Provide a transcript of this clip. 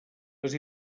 les